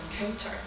encounter